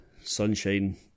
sunshine